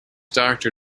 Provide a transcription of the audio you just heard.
doctor